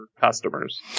customers